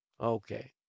Okay